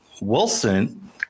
Wilson